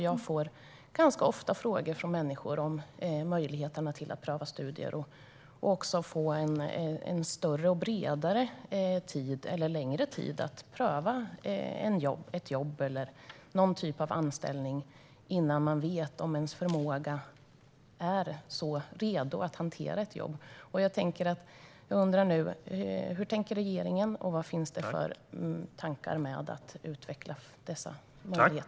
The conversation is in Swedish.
Jag får ganska ofta frågor om möjligheten att pröva studier och att under längre tid pröva ett jobb, eller någon typ av anställning, innan man vet om man är redo att hantera ett jobb. Hur tänker regeringen när det gäller att utveckla dessa möjligheter?